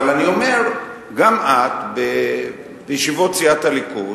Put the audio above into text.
אבל אני אומר, גם את, בישיבות סיעת הליכוד,